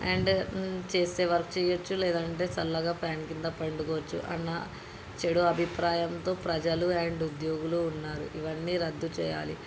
and చేస్తే work చేయచ్చు లేదంటే చల్లగా ఫ్యాన్ కింద పండుకోవచ్చు అన్న చెడు అభిప్రాయంతో ప్రజలు అండ్ ఉద్యోగులు ఉన్నారు ఇవన్నీ రద్దు చేయాలి